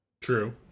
True